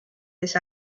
this